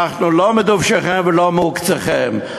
לא מדובשכם ולא מעוקצכם.